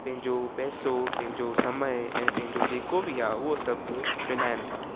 पंहिंजो पैसो पंहिंजो समय ऐं पंहिंजो जेको बि आहे उहो सभु विञाइणु था